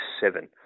seven